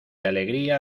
alegría